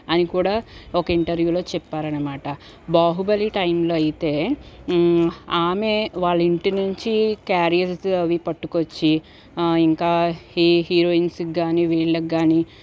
అని కూడా ఒక ఇంటర్వ్యూలో చెప్పారనమాట బాహుబలి టైంలో అయితే ఆమె వాళ్ళింటి నుంచి క్యారియర్స్ అవి పట్టుకొచ్చి ఇంకా ఈ హీరోయిన్స్కు కాని వీళ్ళకు కాని